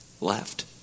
left